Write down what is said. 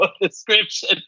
description